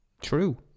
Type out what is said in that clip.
true